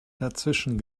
dazwischen